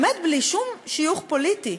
באמת בלי שום שיוך פוליטי,